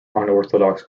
unorthodox